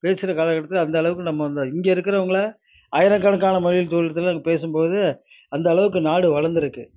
பேசுகிற கால கட்டத்தில் அந்தளவுக்கு நம்ம வந்து இங்கே இருக்கிறவங்கள ஆயிரக்கணக்கான மைல் தூரத்தில் அங்கே பேசும் போது அந்தளவுக்கு நாடு வளர்ந்திருக்குது